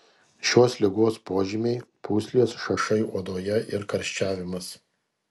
šios ligos požymiai pūslės šašai odoje ir karščiavimas